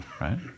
Right